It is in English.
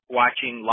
watching